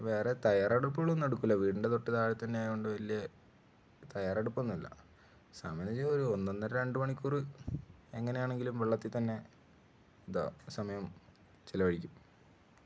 വേറെ തയ്യാറെടുപ്പുകൾ ഒന്നും എടുക്കുകയില്ല വീടിൻ്റെ തൊട്ട് താഴെ തന്നെ ആയത് കൊണ്ട് വലിയ തയ്യാറെടുപ്പ് ഒന്നും ഇല്ല സമയം ഒരു ഒന്ന് ഒന്നര രണ്ട് മണിക്കൂർ എങ്ങനെയാണെങ്കിലും വെള്ളത്തിൽ തന്നെ ഇതാ സമയം ചിലവഴിക്കും